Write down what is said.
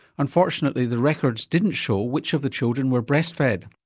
unfortunately the records didn't show which of the children were breast fed.